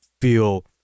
feel